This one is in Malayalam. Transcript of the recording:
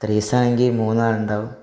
ത്രീസാണെങ്കില് മൂന്നാളുണ്ടാവും